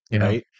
right